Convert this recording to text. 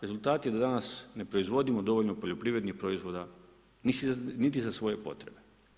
Rezultat je da danas ne proizvodimo dovoljno poljoprivrednih proizvoda niti za svoje potrebe.